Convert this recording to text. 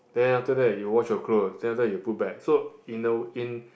then after that you wash your clothes then after that you put back so in the in